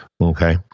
Okay